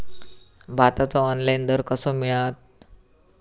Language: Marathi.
भाताचो ऑनलाइन दर कसो मिळात?